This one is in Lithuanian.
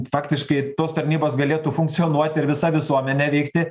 faktiškai tos tarnybos galėtų funkcionuoti ir visa visuomenė veikti